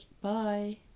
Bye